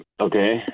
Okay